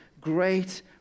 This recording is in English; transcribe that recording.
great